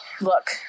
look